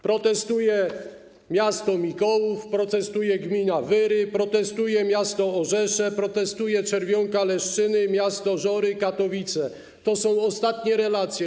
Protestuje miasto Mikołów, protestuje gmina Wyry, protestuje miasto Orzesze, protestuje Czerwionka-Leszczyny, miasto Żory, Katowice - to są ostatnie relacje.